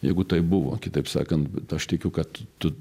jeigu tai buvo kitaip sakant aš tikiu kad tu